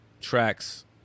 tracks